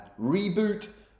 reboot